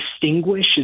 distinguish